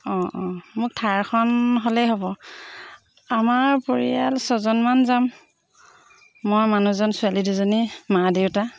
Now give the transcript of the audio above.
অঁ অঁ মোক থাৰখন হ'লেই হ'ব আমাৰ পৰিয়াল ছজনমান যাম মই মানুহজন ছোৱালী দুজনী মা দেউতা